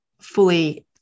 fully